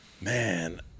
man